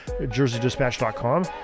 jerseydispatch.com